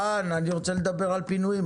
רן, אני רוצה לדבר על פינויים.